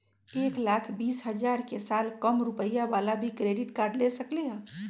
एक लाख बीस हजार के साल कम रुपयावाला भी क्रेडिट कार्ड ले सकली ह?